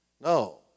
No